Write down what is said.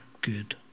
good